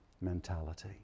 mentality